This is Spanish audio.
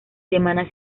semana